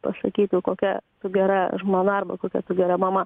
pasakytų kokia tu gera žmona arba kokia tu gera mama